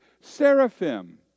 seraphim